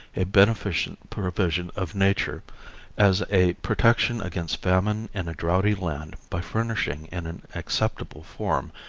a beneficent provision of nature as a protection against famine in a droughty land by furnishing in an acceptable form,